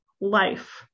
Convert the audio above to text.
life